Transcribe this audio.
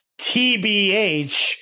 TBH